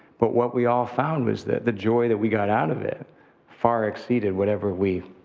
but what we all found was that the joy that we got out of it far exceeded whatever we